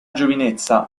giovinezza